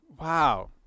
wow